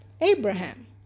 Abraham